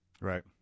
Right